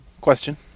Question